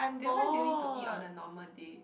then why do you need to eat on a normal day